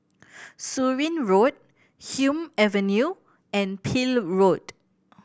Surin Road Hume Avenue and Peel Road